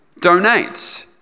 donate